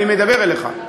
אני מדבר אליך.